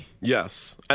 yes